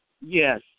Yes